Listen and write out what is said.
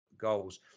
goals